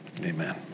amen